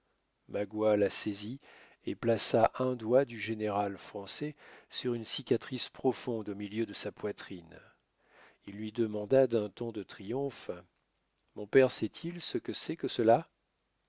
magua la saisit et plaçant un doigt du général français sur une cicatrice profonde au milieu de sa poitrine il lui demanda d'un ton de triomphe mon père sait-il ce que c'est que cela